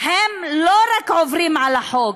הם לא רק עוברים על החוק,